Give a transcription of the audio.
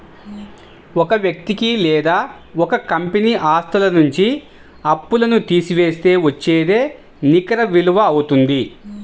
ఒక వ్యక్తి లేదా ఒక కంపెనీ ఆస్తుల నుంచి అప్పులను తీసివేస్తే వచ్చేదే నికర విలువ అవుతుంది